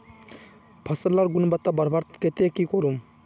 फसल लार गुणवत्ता बढ़वार केते की करूम?